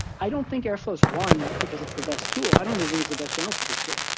i don't think airflow is one because it's the best tool. i don't even think it's the best general purpose tool.